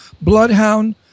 bloodhound